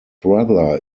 brother